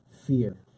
fear